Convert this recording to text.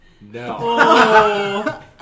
No